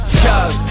chug